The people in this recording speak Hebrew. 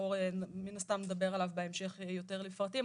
מן הסתם נדבר עליו בהמשך יותר לפרטים.